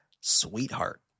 sweetheart